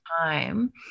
time